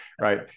right